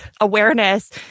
awareness